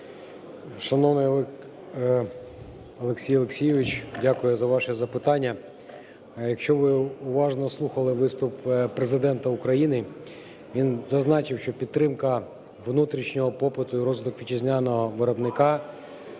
Шановний Олексій Олексійович, дякую за ваші запитання. Якщо ви уважно слухали виступ Президента України, він зазначив, що підтримка внутрішнього попиту і розвиток вітчизняного виробника,